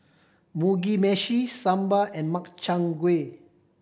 Mugi Meshi Sambar and Makchang Gui